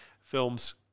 films